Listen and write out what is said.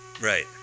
Right